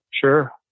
sure